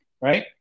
right